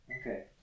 Okay